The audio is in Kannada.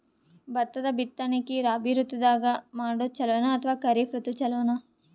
ಭತ್ತದ ಬಿತ್ತನಕಿ ರಾಬಿ ಋತು ದಾಗ ಮಾಡೋದು ಚಲೋನ ಅಥವಾ ಖರೀಫ್ ಋತು ಚಲೋನ?